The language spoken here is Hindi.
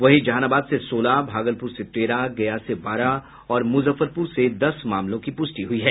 वहीं जहानाबाद से सोलह भागलपुर से तेरह गया से बारह और मुजफ्फरपरु से दस मामलों की पुष्टि हुई है